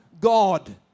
God